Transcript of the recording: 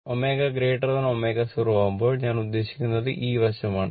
ഈ വശം ω ω0 ആകുമ്പോൾ ഞാൻ ഉദ്ദേശിക്കുന്നത് ഈ വശമാണ്